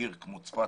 עיר כמו צפת,